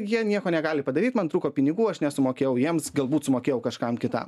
jie nieko negali padaryt man trūko pinigų aš nesumokėjau jiems galbūt sumokėjau kažkam kitam